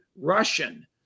Russian